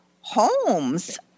homes